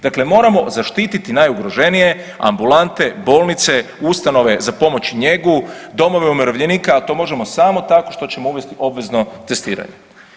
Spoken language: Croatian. Dakle, moramo zaštiti najugroženije, ambulante, bolnice, ustanove za pomoć i njegu, domove umirovljenika, a to možemo samo tako što ćemo uvesti obvezno testiranje.